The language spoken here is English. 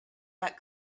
that